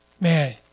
man